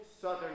southern